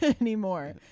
anymore